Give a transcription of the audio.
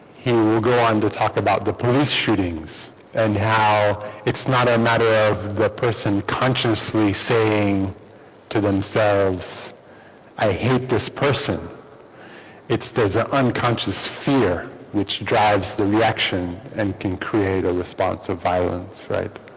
he will go on to talk about the police shootings and how it's not a matter of the person consciously saying to themselves i hate this person it's there's an unconscious fear which drives the reaction and can create a response of violence right